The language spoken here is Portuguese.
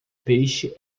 peixe